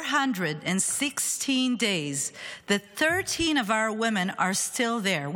416 days that 13 of our women are still there.